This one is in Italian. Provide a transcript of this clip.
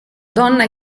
donna